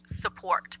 support